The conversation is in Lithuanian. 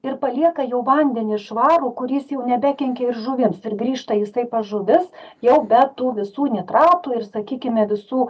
ir palieka jau vandenį švarų kuris jau nebekenkia ir žuvims ir grįžta jisai pas žuvis jau be tų visų nitratų ir sakykime visų